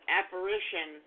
apparition